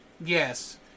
Yes